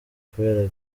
kubera